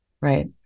Right